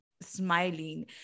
smiling